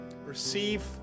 Receive